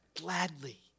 gladly